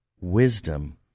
wisdom